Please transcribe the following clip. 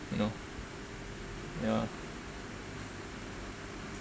you know ya